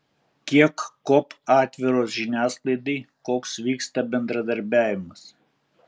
kiek kop atviros žiniasklaidai koks vyksta bendradarbiavimas